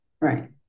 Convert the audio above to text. right